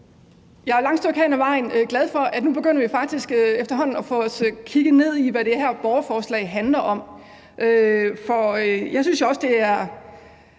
vi nu faktisk efterhånden begynder at få kigget ned i, hvad det her borgerforslag handler om. Jeg synes jo også, det er